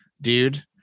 dude